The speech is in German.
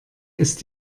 ist